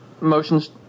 motions